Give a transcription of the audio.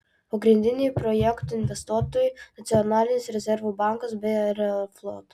pagrindiniai projekto investuotojai nacionalinis rezervų bankas bei aeroflot